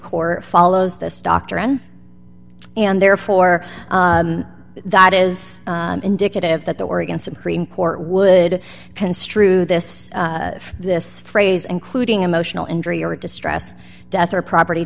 court follows this doctrine and therefore that is indicative that the oregon supreme court would construe this this phrase including emotional injury or distress death or property